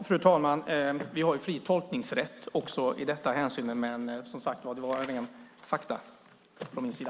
Fru talman! Vi har fri tolkningsrätt också i detta hänseende. Men detta var rena fakta från min sida.